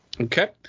Okay